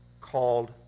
called